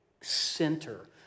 center